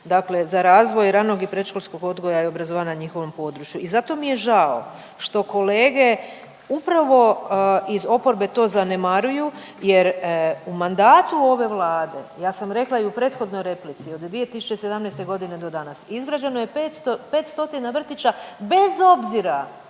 dakle za razvoj ranog i predškolskog odgoja i obrazovanja na njihovom području. I zato mi je žao što kolege upravo iz oporbe to zanemaruju jer u mandatu ove Vlade, ja sam rekla i u prethodnoj replici, od 2017.g. do danas izgrađeno je 500, 5 stotina vrtića bez obzira